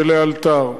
ולאלתר.